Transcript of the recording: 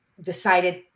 decided